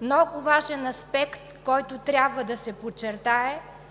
много важен аспект, който трябва де се подчертае,